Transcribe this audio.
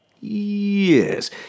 Yes